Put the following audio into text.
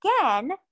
again